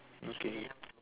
okay